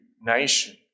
nation